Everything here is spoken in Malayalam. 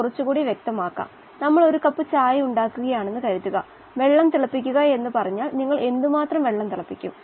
വായുവിലുള്ള ഓക്സിജൻ ജലഘട്ടം ദ്രാവകഘട്ടം വാതകഘട്ടം എന്നിവയിലൂടെ ഒരു നിശ്ചിത സമതുലിതാവസ്ഥ കൈവരിക്കുന്നു